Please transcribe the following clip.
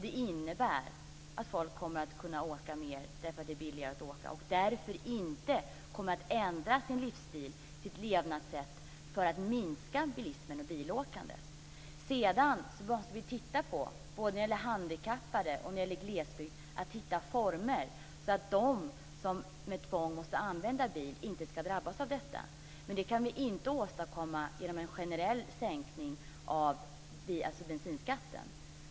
Det innebär att folk kommer att åka mer eftersom det blir billigare att åka, och därför kommer man inte att ändra sin livsstil till ett levnadssätt med minskad bilism och minskat bilåkande. Sedan måste vi hitta former för att de handikappade och människor i glesbygden som med tvång måste använda bil inte ska drabbas av detta. Men det kan vi inte åstadkomma genom en generell sänkning av bensinskatten.